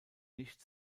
nicht